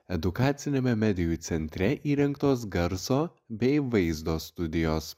edukaciniame medijų centre įrengtos garso bei vaizdo studijos